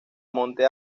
monte